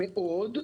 מאוד.